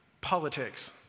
politics